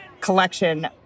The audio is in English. collection